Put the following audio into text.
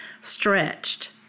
stretched